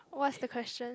what's the question